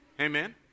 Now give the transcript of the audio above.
Amen